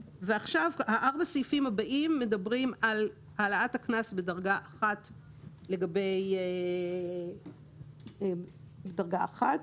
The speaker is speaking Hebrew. ארבעת הסעיפים הבאים מדברים על העלאת הקנס לגבי דרגה אחת.